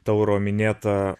tauro minėtą